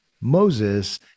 moses